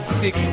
six